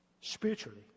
spiritually